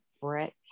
Brett